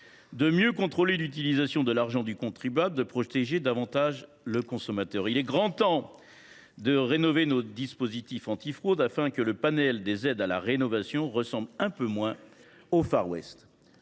de mieux contrôler l’utilisation de l’argent du contribuable et de protéger davantage le consommateur. Il est grand temps de rénover nos dispositifs antifraudes afin que le panel des aides à la rénovation ressemble un peu moins au Far West.